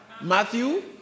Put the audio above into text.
Matthew